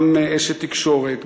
גם אשת תקשורת,